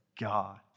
God